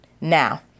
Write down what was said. Now